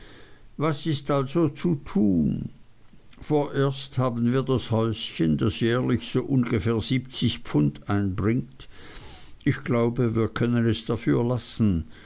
was ist also zu tun vorerst haben wir das häuschen das jährlich so ungefähr siebzig pfund einbringt ich glaube wir können es dafür lassen